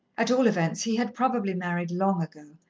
at all events, he had probably married long ago,